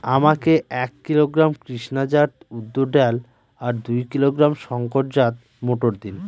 আমাকে এক কিলোগ্রাম কৃষ্ণা জাত উর্দ ডাল আর দু কিলোগ্রাম শঙ্কর জাত মোটর দিন?